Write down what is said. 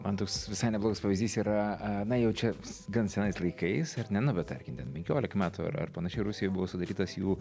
man toks visai neblogas pavyzdys yra a na jau čia gan senais laikais ar ne nu bet tarkim ten penkiolika metų ar ar panašiai rusijoj buvo sudarytas jų